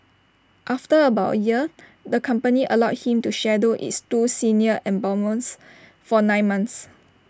after about A year the company allowed him to shadow its two senior embalmers for nine months